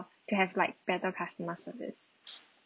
to have like better customer service